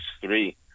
three